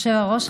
היושב-ראש,